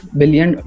billion